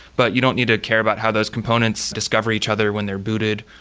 but you don't need to care about how those components discover each other when they're booted,